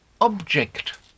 object